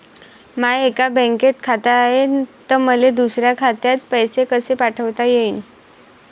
माय एका बँकेत खात हाय, त मले दुसऱ्या खात्यात पैसे कसे पाठवता येईन?